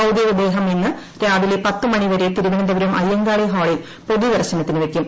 ഭൌതികദേഹം ഇന്ന് രാവിലെ പത്ത് മണി വരെ തിരുവനന്തപുരം അയ്യങ്കാളി ഹാളിൽ പൊതുദർശനത്തിന് വയ്ക്കും